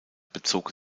bezog